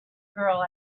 girl